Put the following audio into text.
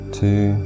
two